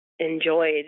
enjoyed